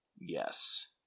Yes